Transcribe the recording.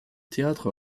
théâtre